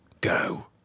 Go